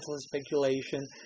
speculation